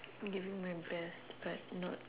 giving my best but not